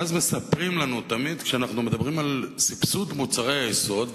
ואז מספרים לנו תמיד כשאנחנו מדברים על סבסוד מוצרי היסוד,